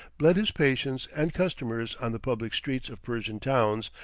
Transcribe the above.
bled his patients and customers on the public streets of persian towns,